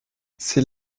c’est